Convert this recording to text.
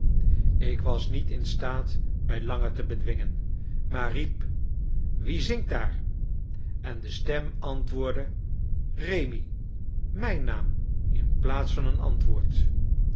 ik was niet instaat mij langer te bedwingen maar riep wie zingt daar en de stem antwoordde rémi mijn naam inplaats van een antwoord